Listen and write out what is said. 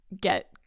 get